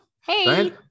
Hey